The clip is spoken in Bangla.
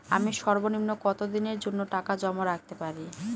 আমি সর্বনিম্ন কতদিনের জন্য টাকা জমা রাখতে পারি?